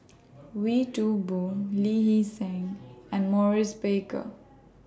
Wee Toon Boon Lee Hee Seng and Maurice Baker